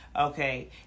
Okay